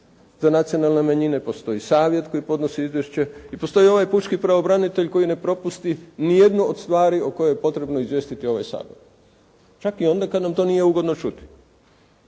za nacionalne manjine, postoji savjet koji podnosi izvješće i postoji ovaj pučki pravobranitelj koji ne propusti ni jednu od stvari o kojoj je potrebno izvijestiti ovaj Sabor čak i onda kada nam to nije ugodno čuti.